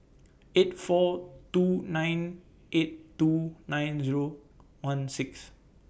eight four two nine eight two nine Zero one six